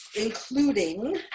including